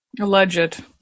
Alleged